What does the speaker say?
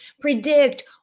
predict